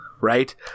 right